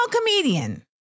comedian